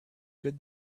good